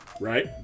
Right